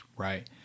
Right